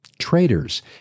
Traitors